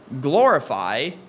glorify